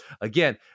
Again